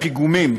תקן הפיגומים,